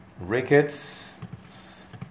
rickets